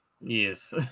Yes